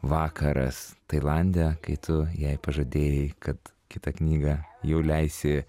vakaras tailande kai tu jai pažadėjai kad kitą knygą jau leisi